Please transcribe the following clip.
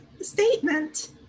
statement